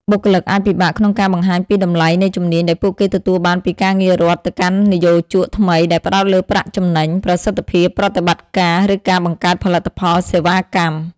បុគ្គលិកអាចពិបាកក្នុងការបង្ហាញពីតម្លៃនៃជំនាញដែលពួកគេទទួលបានពីការងាររដ្ឋទៅកាន់និយោជកថ្មីដែលផ្តោតលើប្រាក់ចំណេញ ប្រសិទ្ធភាពប្រតិបត្តិការ ឬការបង្កើតផលិតផល/សេវាកម្ម។